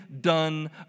done